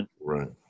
Right